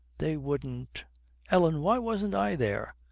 they wouldn't ellen, why wasn't i there